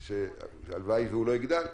והלוואי שהוא לא יגדל,